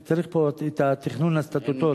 כי צריך פה את התכנון הסטטוטורי.